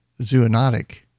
zoonotic